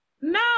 No